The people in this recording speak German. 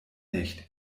nicht